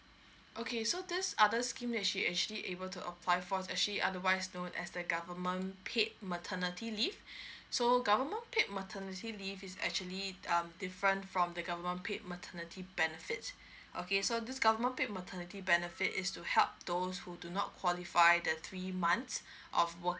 okay so there's other scheme that she actually able to apply for actually otherwise known as the government paid maternity leave so government paid maternity leave is actually um different from the government paid maternity benefits okay so this government paid maternity benefit is to help those who do not qualify the three months of